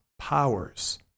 powers